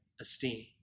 esteem